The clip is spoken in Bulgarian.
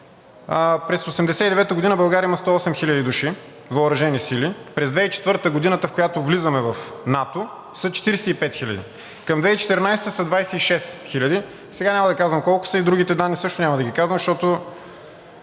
През 1989 г. България има 108 хил. души въоръжени сили, през 2004 г., годината, в която влизаме в НАТО, са 45 хиляди. Към 2014 г. са 26 хиляди. Сега няма да казвам колко са и другите данни също няма да ги казвам, защото